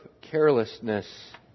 carelessness